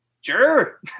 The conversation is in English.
sure